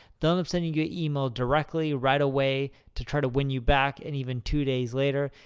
they'll end up sending you an email directly right away to try to win you back, and even two days later.